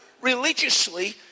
religiously